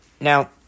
Now